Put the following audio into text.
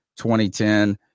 2010